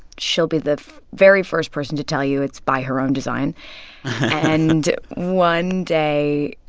she'll be the very first person to tell you it's by her own design and one day,